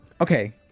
okay